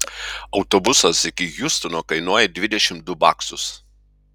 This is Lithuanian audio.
autobusas iki hjustono kainuoja dvidešimt du baksus